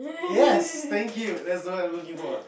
yes thank you that's what I looking for